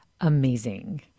amazing